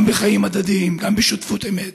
גם בחיים הדדיים, גם בשותפות אמת.